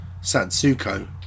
Satsuko